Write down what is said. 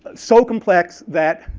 so complex that